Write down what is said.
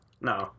No